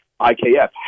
IKF